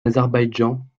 azerbaïdjan